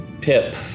Pip